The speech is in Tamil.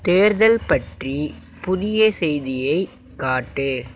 தேர்தல் பற்றி புதிய செய்தியை காட்டு